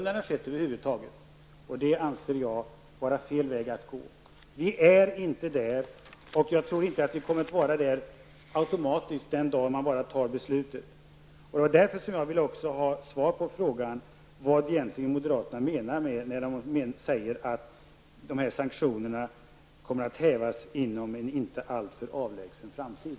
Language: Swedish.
Jag anser att det är fel väg att gå. Vi är inte där och kommer inte att vara det automatiskt den dag då man fattar beslutet. Det var därför som jag ville ha svar på frågan vad moderaterna egentligen menar då de säger att sanktionerna kommer att hävas inom en inte alltför avlägsen framtid.